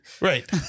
Right